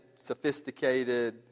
sophisticated